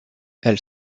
elle